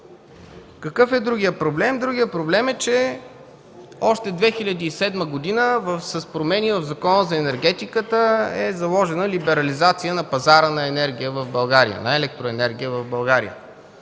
Какъв е другият проблем? Другият проблем е, че още 2007 г. с промени в Закона за енергетиката е заложена либерализация на пазара на електроенергия в България.